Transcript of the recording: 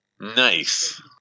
Nice